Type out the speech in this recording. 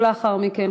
לאחר מכן,